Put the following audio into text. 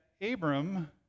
Abram